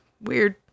weird